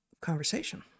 conversation